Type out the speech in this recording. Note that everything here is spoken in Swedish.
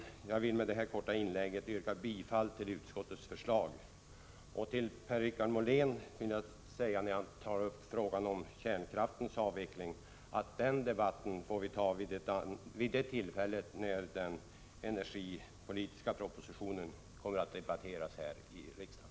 Jag vill med detta korta inlägg yrka bifall till utskottets hemställan. Till Per-Richard Molén vill jag säga att vi får ta upp frågan om kärnkraftens avveckling vid det tillfälle då den energipolitiska propositionen kommer att behandlas här i riksdagen.